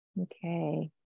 Okay